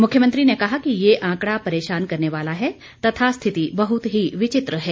मुख्यमंत्री ने कहा कि यह आंकड़ा परेशान करने वाला है तथा स्थिति बहुत ही विचित्र है